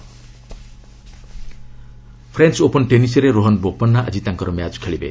ପ୍ରେଞ୍ French Open ଟେନିସ୍ରେ ରୋହନ ବୋପନ୍ନା ଆଜି ତାଙ୍କର ମ୍ୟାଚ୍ ଖେଳିବେ